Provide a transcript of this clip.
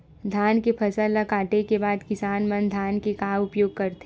धान के फसल ला काटे के बाद किसान मन धान के का उपयोग करथे?